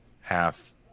half